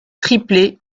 triplé